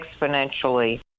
exponentially